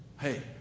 Hey